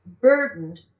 burdened